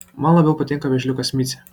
man labiau patinka vėžliukas micė